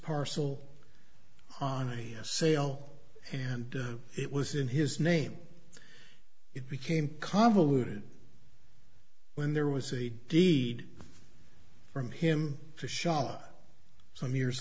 parcel on sale and it was in his name it became convoluted when there was a deed from him to shah some years